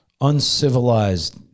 uncivilized